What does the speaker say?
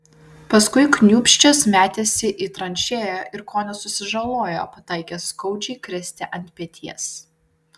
paskui kniūbsčias metėsi į tranšėją ir kone susižalojo pataikęs skaudžiai kristi ant peties